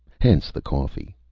hence the coffee.